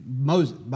Moses